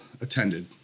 attended